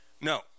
no